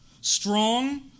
Strong